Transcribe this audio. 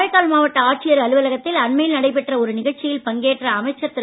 காரைக்கால் மாவட்ட ஆட்சியர் அலுவலகத்தில் அண்மையில் நடைபெற்ற ஒரு நிகழ்ச்சியில் பங்கேற்ற அமைச்சர் திரு